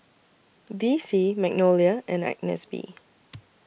D C Magnolia and Agnes B